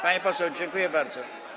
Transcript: Pani poseł, dziękuję bardzo.